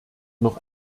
noch